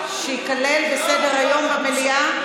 שייכלל בסדר-היום במליאה?